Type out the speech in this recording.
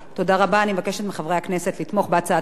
אני מבקשת מחברי הכנסת לתמוך בהצעת החוק הזו.